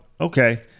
okay